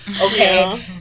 Okay